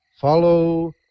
follow